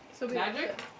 Magic